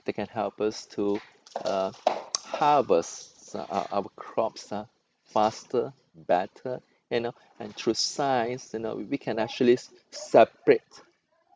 they can help us to uh harvest our crops ah faster better you know and through science you know we we can actually separate